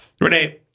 Renee